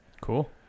cool